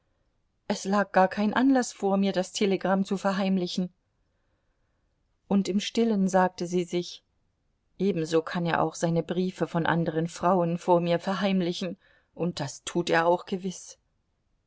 es lag gar kein anlaß vor mir das telegramm zu verheimlichen und im stillen sagte sie sich ebenso kann er auch seine briefe von anderen frauen vor mir verheimlichen und das tut er auch gewiß